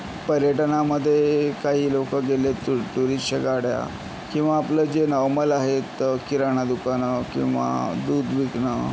पर्यटनामधे काही लोकं गेले टु टुरिस्टच्या गाड्या किंवा आपलं जे नॉर्मल आहेत किराणा दुकानं किंवा दूध विकणं